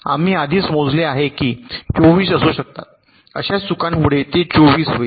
आम्ही आधीच मोजले आहे की 24 असू शकतात अशा चुकांमुळे ते 24 होईल